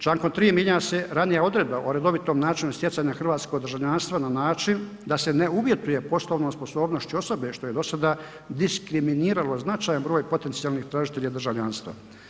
Člankom 3. mijenja se ranija odredba o redovitom načinu stjecanja hrvatskog državljanstva na način da se ne uvjetuje poslovnom sposobnošću osobe što je dosada diskriminiralo značajan broj potencijalnih tražitelja državljanstva.